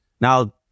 Now